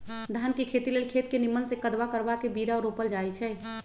धान के खेती लेल खेत के निम्मन से कदबा करबा के बीरा रोपल जाई छइ